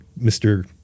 Mr